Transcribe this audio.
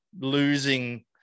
losing